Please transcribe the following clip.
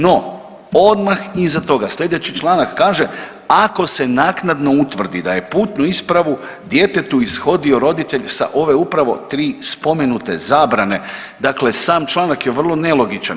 No, odmah iza toga sljedeći članak kaže ako se naknadno utvrdi da je putnu ispravu djetetu ishodio roditelj sa ove upravo tri spomenute zabrane, dakle sam članak je vrlo nelogičan.